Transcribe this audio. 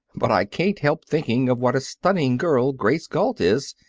but i can't help thinking of what a stunning girl grace galt is,